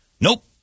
Nope